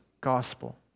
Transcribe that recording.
gospel